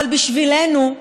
אבל בשבילנו,